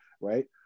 right